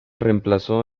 reemplazó